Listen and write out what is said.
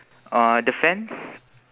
uh the fence